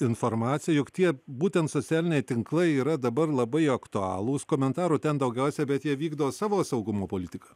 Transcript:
informacija juk tie būtent socialiniai tinklai yra dabar labai aktualūs komentarų ten daugiausiai bet jie vykdo savo saugumo politiką